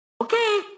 Okay